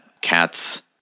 cats